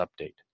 update